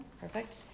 perfect